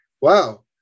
Wow